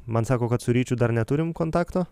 man sako kad su ryčiu dar neturim kontakto